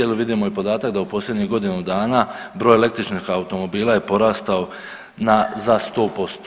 Jer vidimo i podatak da u posljednjih godinu dana broj električnih automobila je porastao za 100%